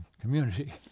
community